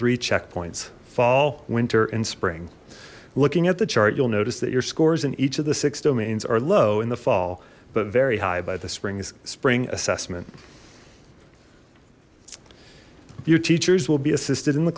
three checkpoints fall winter and spring looking at the chart you'll notice that your scores in each of the six domains are low in the fall but very high by the springs spring assessment view teachers will be assisted in the